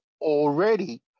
already